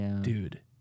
Dude